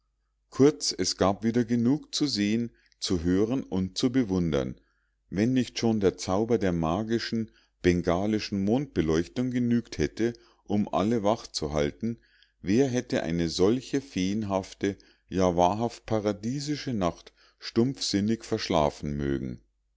kurz es gab wieder genug zu sehen zu hören und zu bewundern wenn nicht schon der zauber der magischen bengalischen mondbeleuchtung genügt hätte um alle wach zu halten wer hätte eine solche feenhafte ja wahrhaft paradiesische nacht stumpfsinnig verschlafen mögen